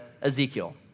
Ezekiel